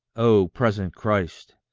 oh, present christ!